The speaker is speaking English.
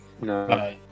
no